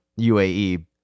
UAE